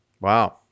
Wow